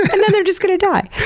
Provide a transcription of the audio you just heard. and then there just gonna die.